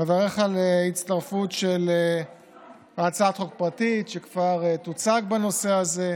אני מברך על ההצטרפות של הצעת החוק הפרטית שתוצג בנושא הזה,